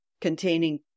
containing